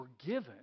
forgiven